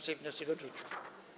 Sejm wniosek odrzucił.